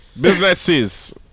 Businesses